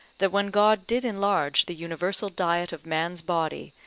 that when god did enlarge the universal diet of man's body,